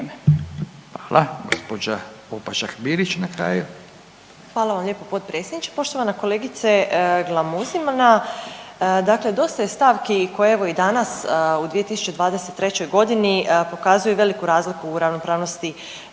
Hvala. Gospođa Opačak Bilić na kraju. **Opačak Bilić, Marina (Nezavisni)** Poštovana kolegice Glamuzina. Dakle, dosta je stavki koje evo i danas u 2023.g. pokazuju veliku razliku u ravnopravnosti